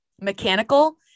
mechanical